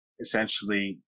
essentially